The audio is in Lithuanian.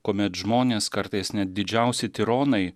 kuomet žmonės kartais net didžiausi tironai